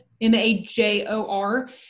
M-A-J-O-R